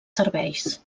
serveis